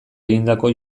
egindako